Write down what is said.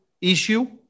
issue